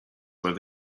where